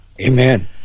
Amen